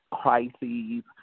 crises